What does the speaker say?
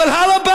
אבל הר הבית,